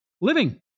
living